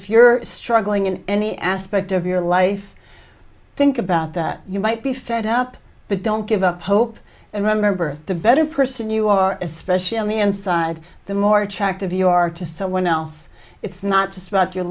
if you're struggling in any aspect of your life think about that you might be fed up but don't give up hope and remember the better person you are especially on the inside the more attractive you are to someone else it's not just about your